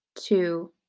two